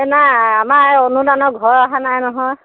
নাই আমাৰ অনুদানৰ ঘৰ অহা নাই নহয়